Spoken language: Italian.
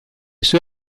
sue